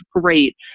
great